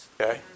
Okay